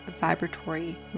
vibratory